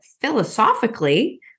philosophically